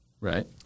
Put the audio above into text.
Right